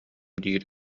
диир